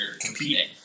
competing